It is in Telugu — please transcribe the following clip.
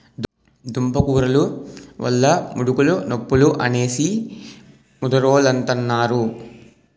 దుంపకూరలు వల్ల ముడుకులు నొప్పులు అనేసి ముదరోలంతన్నారు